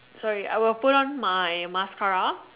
sorry I will put on my mascara